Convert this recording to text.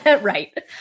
Right